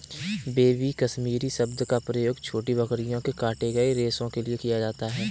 baby Kashmiri शब्द का प्रयोग छोटी बकरियों के काटे गए रेशो के लिए किया जाता है